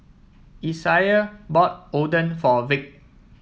Isaiah bought Oden for Vic